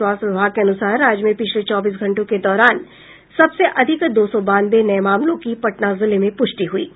स्वास्थ्य विभाग के अनुसार राज्य में पिछले चौबीस घंटों के दौरान सबसे अधिक दो सौ बानवे नये मामलों की पटना जिले में प्रष्टि हुई है